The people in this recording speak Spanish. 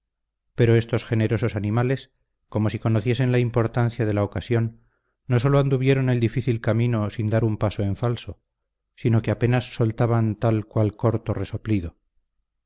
pero estos generosos animales como si conociesen la importancia de la ocasión no sólo anduvieron el difícil camino sin dar un paso en falso sino que apenas soltaban tal cual corto resoplido